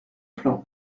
plan